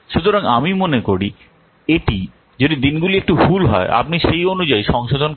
সুতরাং আমি মনে করি এটি যদি দিনগুলি একটু ভুল হয় আপনি সেই অনুযায়ী সংশোধন করতে পারেন